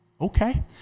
okay